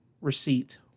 receipt